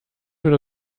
oder